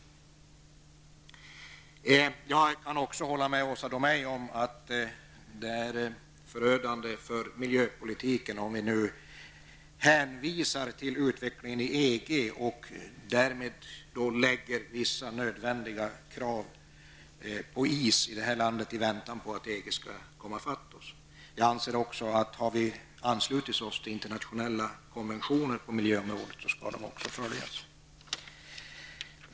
Jag kan också hålla med Åsa Domeij om att det är förödande för miljöpolitiken om vi nu här i landet hänvisar till utvecklingen inom EG och därmed lägger vissa nödvändiga krav på is i väntan på att EG skall komma i fatt oss. Jag anser också att har vi anslutit oss till internationella konventioner på miljöområdet skall de också följas.